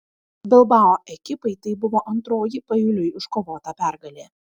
bilbao ekipai tai buvo antroji paeiliui iškovota pergalė